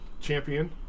Champion